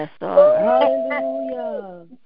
hallelujah